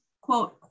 quote